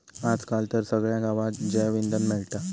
आज काल तर सगळ्या गावात जैवइंधन मिळता